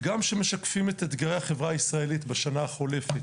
וגם המשקפים את אתגרי החברה הישראלית בשנה החולפת.